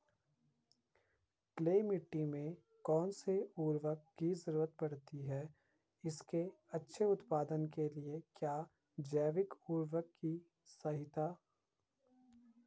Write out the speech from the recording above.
Clay मिट्टी में कौन से उर्वरक की जरूरत पड़ती है इसके अच्छे उत्पादन के लिए क्या जैविक उर्वरक सही रहेगा?